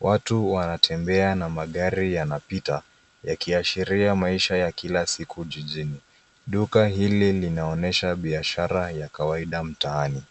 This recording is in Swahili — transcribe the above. Watu wanatembea na magari yanapita, yakiashiria maisha ya kila siku jijini. Duka hili linaonyesha biashara ya kawaida mtaani.